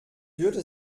würde